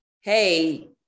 hey